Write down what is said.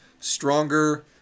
stronger